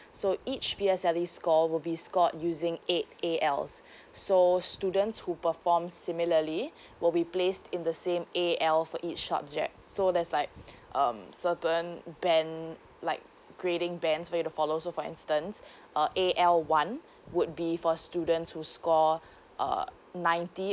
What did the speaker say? so each P_S_L_E score will be scored using eight A_L's so students who perform similarly will be placed in the same A_L for each subject so there's like um certain band like grading bands we need to follow so for instance uh A_L one would be for students who score uh ninety